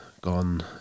gone